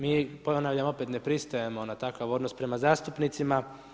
Mi, ponavljam opet, ne pristajemo na takav odnos prema zastupnicima.